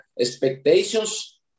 expectations